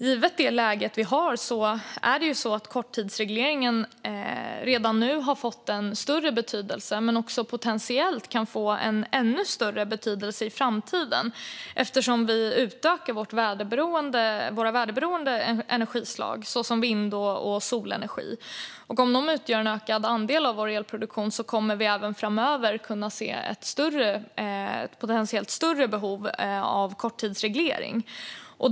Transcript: Givet rådande läge har korttidsregleringen redan nu fått en större betydelse men kan också potentiellt få en ännu större betydelse i framtiden eftersom vi utökar våra väderberoende energislag, såsom vind och solenergi. Om dessa utgör en ökad andel av vår elproduktion kommer vi även framöver att se ett potentiellt större behov av korttidsreglering.